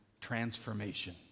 transformation